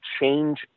change